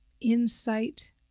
Insight